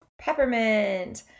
peppermint